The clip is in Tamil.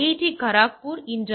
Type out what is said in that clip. டி காரக்பூர் இன்று ஐ